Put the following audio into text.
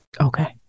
Okay